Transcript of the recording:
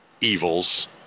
evils